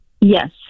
Yes